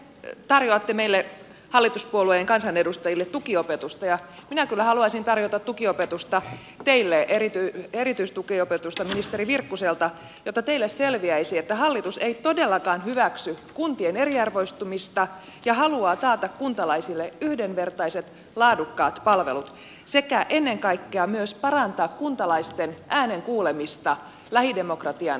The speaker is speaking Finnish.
te tarjoatte meille hallituspuolueen kansanedustajille tukiopetusta ja minä kyllä haluaisin tarjota tukiopetusta teille erityistukiopetusta ministeri virkkuselta jotta teille selviäisi että hallitus ei todellakaan hyväksy kuntien eriarvoistumista ja haluaa taata kuntalaisille yhdenvertaiset laadukkaat palvelut sekä ennen kaikkea parantaa kuntalaisten äänen kuulumista lähidemokratian kehittämisen muodossa